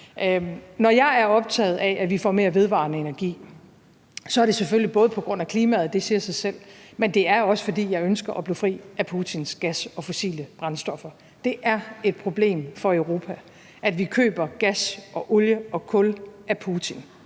Når jeg er optaget af, at vi får mere vedvarende energi, er det selvfølgelig både på grund af klimaet – det siger sig selv – men det er også, fordi jeg ønsker at blive fri af Putins gas og fossile brændstoffer. Det er et problem for Europa, at vi køber gas, olie og kul af Putin.